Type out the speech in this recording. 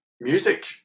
music